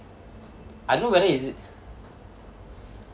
I don't know whether is it